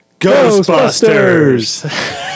Ghostbusters